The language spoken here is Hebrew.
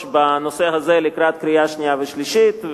בנושא הזה לקראת קריאה שנייה וקריאה שלישית,